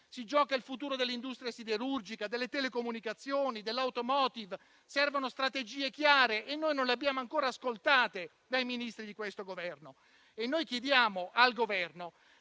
si gioca il futuro dell'industria siderurgica, delle telecomunicazioni e dell'*automotive*; servono strategie chiare e noi non le abbiamo ancora ascoltate dai Ministri di questo Governo. Noi chiediamo al Governo